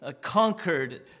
conquered